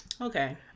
Okay